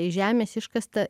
iš žemės iškasta